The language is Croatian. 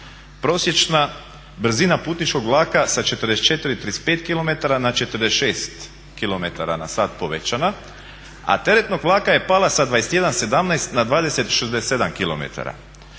Prosječna brzina putničkog vlaka sa 44,35 km na 46 km/h povećana, a teretnog vlaka je pala sa 21,17 na 20,67 km.